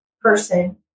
person